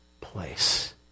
place